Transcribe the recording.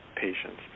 patients